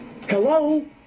Hello